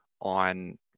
on